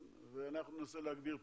כישורים מולדים.